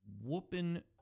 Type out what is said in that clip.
whooping